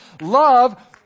Love